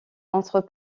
entre